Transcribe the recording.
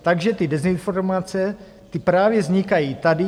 Takže ty dezinformace, ty právě vznikají tady.